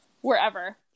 wherever